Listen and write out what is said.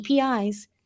APIs